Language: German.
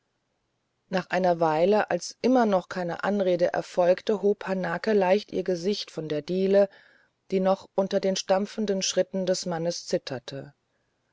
nach einer weile als immer noch keine anrede erfolgte hob hanake leicht ihr gesicht von der diele die noch unter den stampfenden füßen des mannes zitterte